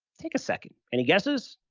take a second. any guesses?